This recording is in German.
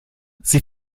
sie